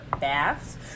baths